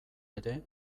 ere